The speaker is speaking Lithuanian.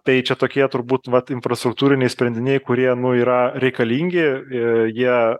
tai čia tokie turbūt vat infrastruktūriniai sprendiniai kurie yra reikalingi į jie